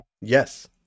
yes